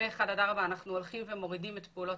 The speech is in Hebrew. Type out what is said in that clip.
כשמ-1 עד 4 אנחנו הולכים ומורידים את פעולות